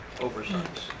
oversights